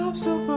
um so